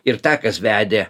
ir takas vedė